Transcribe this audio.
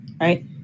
right